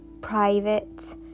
private